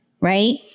Right